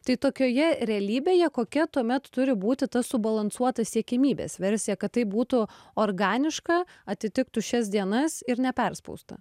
tai tokioje realybėje kokia tuomet turi būti ta subalansuota siekiamybės versija kad tai būtų organiška atitiktų šias dienas ir neperspausta